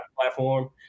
platform